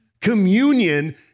Communion